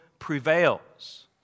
prevails